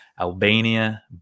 Albania